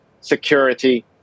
security